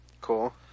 Cool